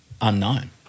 unknown